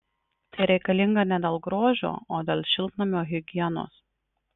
tai reikalinga ne dėl grožio o dėl šiltnamio higienos